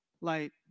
Light